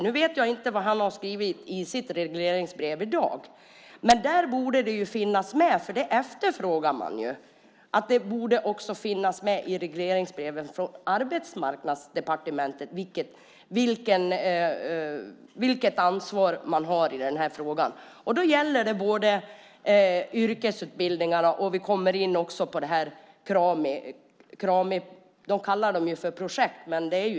Nu vet jag inte vad han har skrivit i sitt regleringsbrev i dag, men det borde finnas med i regleringsbrevet från Arbetsmarknadsdepartementet vilket ansvar man har i den här frågan. Det gäller både yrkesutbildningarna och Krami. De kallas för projekt.